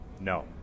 No